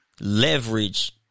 leverage